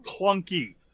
clunky